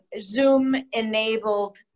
Zoom-enabled